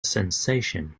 sensation